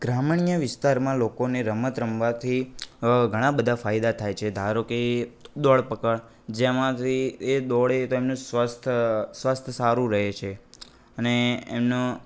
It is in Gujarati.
ગ્રામીણ વિસ્તારમાં લોકોને રમત રમવાથી ઘણા બધા ફાયદા થાય છે ધારોકે દોડ પકડ જેમાં જે એ દોળે તેમને સ્વસ્થ સ્વાસ્થ્ય સારું રહે છે અને એમનો